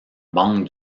banque